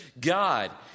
God